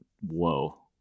whoa